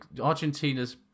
Argentina's